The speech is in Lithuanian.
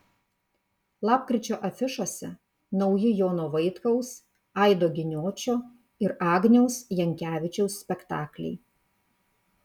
lapkričio afišose nauji jono vaitkaus aido giniočio ir agniaus jankevičiaus spektakliai